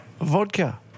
Vodka